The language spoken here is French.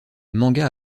manga